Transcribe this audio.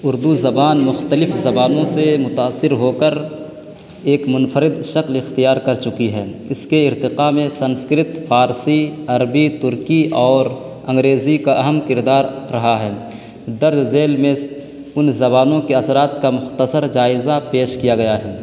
اردو زبان مختلف زبانوں سے متاثر ہو کر ایک منفرد شکل اختیار کر چکی ہے اس کے ارتقا میں سنسکرت فارسی عربی ترکی اور انگریزی کا اہم کردار رہا ہے درج ذیل میں ان زبانوں کے اثرات کا مختصر جائزہ پیش کیا گیا ہے